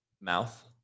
mouth